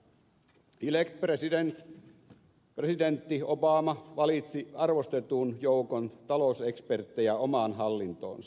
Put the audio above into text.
the elect president presidentti obama valitsi arvostetun joukon talouseksperttejä omaan hallintoonsa